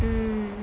mm